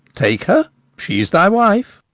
take her she's thy wife.